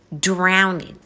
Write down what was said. drowning